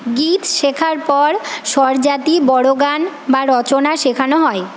গীত শেখার পর স্বরজাতি বড় গান বা রচনা শেখানো হয়